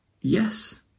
yes